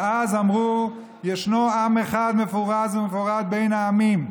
שאז אמרו: "ישנו עם אחד מפזר ומפרד בין העמים,